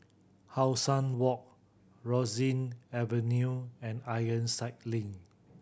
How Sun Walk Rosyth Avenue and Ironside Link